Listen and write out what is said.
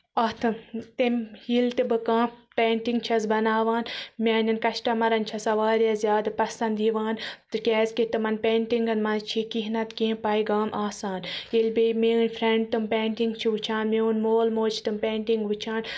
اَتھٕ تٔمۍ ییٚلہِ تہٕ بہٕ کانٛہہ پیٹِنٛگ چھَس بَناوان میٛٲنیٚن کَسٹمرَن چھےٚ سۄ واریاہ زیادٕ پَسنٛد یِوان تِکیٛازِ کہِ تِمن پیٹِنٛگن منٛز چھِ کیٚنٛہہ نَتہٕ کیٚنٛہہ پغام آسان ییٚلہِ بیٚیہِ میٛٲںۍ فرینٛڈ تِم پیٹِنٛگ چھِ وُچھان یا میٛون مول موج چھِ تِم پیٹِنٛگ وُچھان